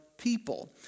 people